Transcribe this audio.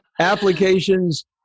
Applications